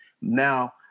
now